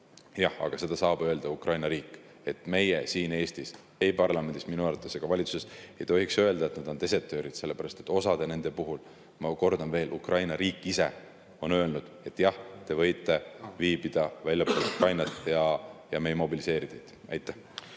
Jah, aga seda saab öelda Ukraina riik. Meie siin Eestis, ei parlamendis ega valitsuses, minu arvates ei tohiks öelda, et nad on desertöörid, sellepärast et osade puhul, ma kordan veel, on Ukraina riik ise öelnud, et jah, te võite viibida väljaspool Ukrainat ja me ei mobiliseeri teid. Aitäh!